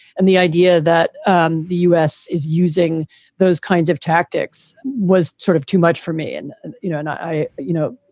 and the idea that um the u s. is using those kinds of tactics was sort of too much for me. and you know and i, you know,